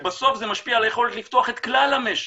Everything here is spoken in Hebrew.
שבסוף זה משפיע על היכולת לפתוח את כלל המשק.